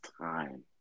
time